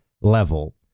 level